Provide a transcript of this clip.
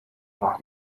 war